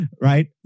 right